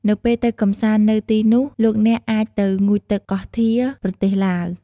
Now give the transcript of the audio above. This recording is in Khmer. នៅពេលទៅកម្សាន្តនៅទីនោះលោកអ្នកអាចទៅ ងូតទឹកកោះធា ប្រទេសឡាវ។